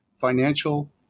financial